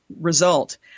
result